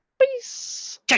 Peace